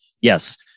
yes